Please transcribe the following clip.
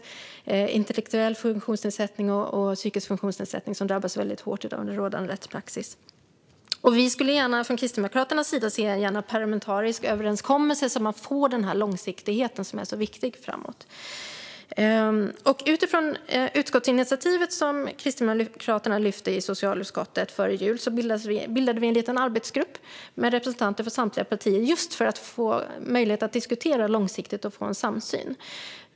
Här drabbas personer med intellektuell funktionsnedsättning och psykisk funktionsnedsättning hårt av rådande rättspraxis. Kristdemokraterna skulle gärna se en parlamentarisk överenskommelse så att man får den viktiga långsiktigheten framåt. Efter det utskottsinitiativ som Kristdemokraterna tog i socialutskottet före jul bildades en arbetsgrupp med representanter för samtliga partier, just för att få möjlighet att diskutera långsiktigt och få en samsyn.